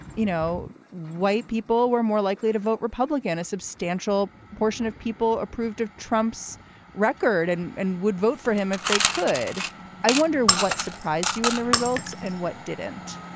you know, white people were more likely to vote republican. a substantial portion of people approved of trump's record and and would vote for him if they could. i wonder what surprised you in the results and what didn't?